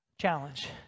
challenge